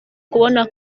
kubona